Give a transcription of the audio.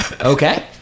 Okay